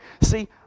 See